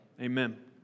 Amen